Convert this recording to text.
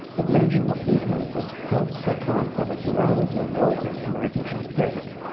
the blending of influences helps to account for the plurality of voices emerging from the text.